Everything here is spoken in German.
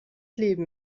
leben